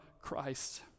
Christ